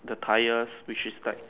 the tires which is black